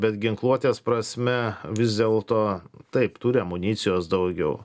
bet ginkluotės prasme vis dėlto taip turi amunicijos daugiau